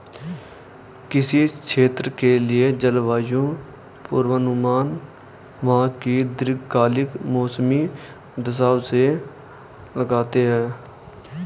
किसी क्षेत्र के लिए जलवायु पूर्वानुमान वहां की दीर्घकालिक मौसमी दशाओं से लगाते हैं